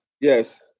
Yes